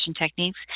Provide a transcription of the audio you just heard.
techniques